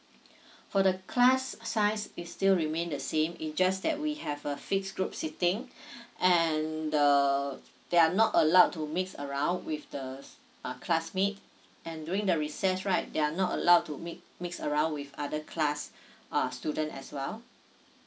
for the class size it still remain the same it just that we have a fix group seating and the they are not allowed to mix around with the s~ uh classmate and during the recess right they are not allowed to make mix around with other class uh student as well